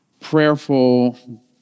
prayerful